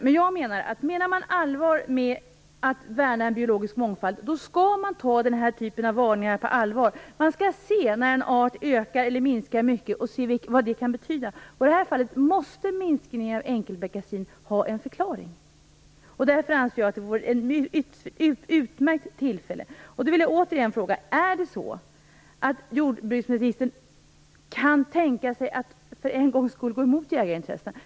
Men jag anser att om man menar allvar med att värna en biologisk mångfald skall man ta den här typen av varningar på allvar. Man skall se när en art ökar eller minskar mycket och ta reda på vad det kan betyda. I det här fallet måste minskningen av enkelbeckasin ha en förklaring. Därför anser jag att det här är ett utmärkt tillfälle. Jag vill återigen fråga: Kan jordbruksministern tänka sig att för en gångs skull gå emot jägarintressena?